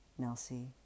Nelsie